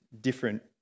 different